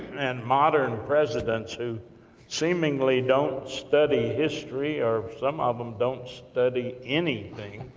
and modern presidents, who seemingly, don't study history, or some of them, don't study anything,